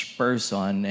person